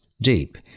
deep